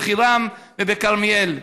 בחירם ובכרמיאל.